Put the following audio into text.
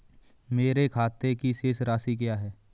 मेरे खाते की शेष राशि क्या है?